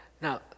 Now